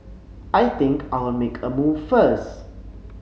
I think I'll make a move first